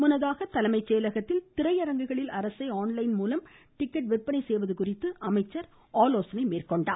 முன்னதாக சென்னை தலைமைச் செயலகத்தில் திரையரங்குகளில் அரசே ஆன்லைன் மூலம் டிக்கெட் விற்பனை செய்வது குறித்து அமைச்சர் ஆலோசனை மேற்கொண்டார்